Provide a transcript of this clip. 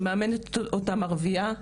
שמאמנת אותן ערבייה,